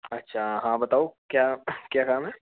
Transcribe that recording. अच्छा हाँ बताओ क्या क्या काम है